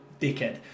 dickhead